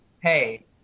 hey –